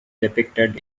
depicted